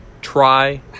try